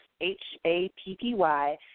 H-A-P-P-Y